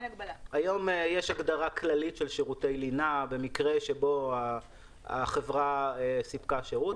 היום יש הגדרה כללית של שירותי לינה במקרה שבו החברה סיפקה שירות.